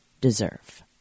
Deserve